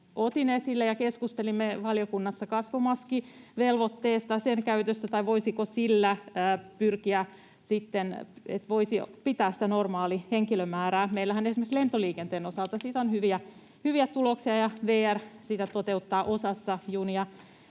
otin esille ja keskustelimme valiokunnassa kasvomaskivelvoitteesta, sen käytöstä ja siitä, voisiko sillä pyrkiä sitten siihen, että voisi pitää sitä normaalihenkilömäärää. Meillähän esimerkiksi lentoliikenteen osalta siitä on hyviä tuloksia, ja VR sitä toteuttaa osassa junista,